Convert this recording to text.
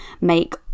make